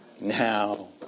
now